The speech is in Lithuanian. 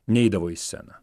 neidavo į sceną